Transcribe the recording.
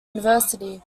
university